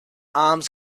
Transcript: arms